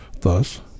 thus